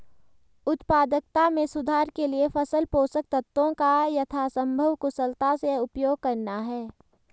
उत्पादकता में सुधार के लिए फसल पोषक तत्वों का यथासंभव कुशलता से उपयोग करना है